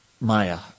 Maya